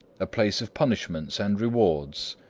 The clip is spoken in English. a place of punishments and rewards.